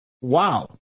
wow